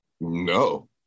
No